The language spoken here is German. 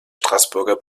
straßburger